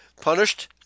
punished